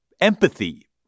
empathy